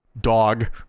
dog